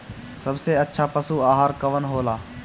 सबसे अच्छा पशु आहार कवन हो ला?